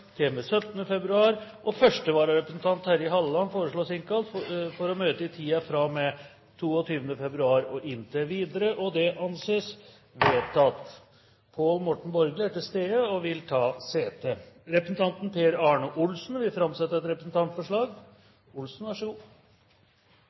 til og med 17. februar, og første vararepresentant, Terje Halleland, foreslås innkalt for å møte i tiden fra og med 22. februar og inntil videre. – Det anses vedtatt. Pål Morten Borgli er til stede og vil ta sete. Representanten Per Arne Olsen vil framsette et representantforslag.